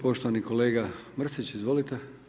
Poštovani kolega Mrsić, izvolite.